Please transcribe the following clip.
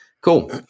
cool